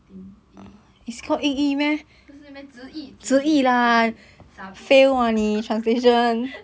英译不是 meh 直译直译直译傻逼